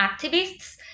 activists